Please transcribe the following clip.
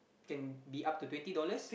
can be up to twenty dollars